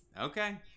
Okay